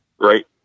Right